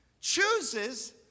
chooses